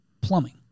plumbing